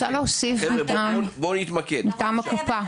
אוקיי.